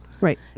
right